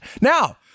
Now